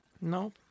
No